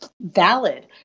valid